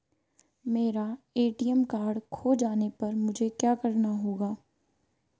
मेरा ATM card खो जाने पर मुझे क्या करना होगा?